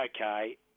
okay